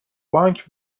بانک